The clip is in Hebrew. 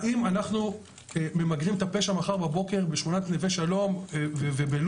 האם אנחנו ממגנים את הפשע מחר בבוקר בשכונת נווה שלום ובלוד?